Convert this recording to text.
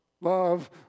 love